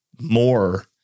more